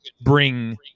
bring